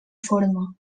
forma